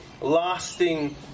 lasting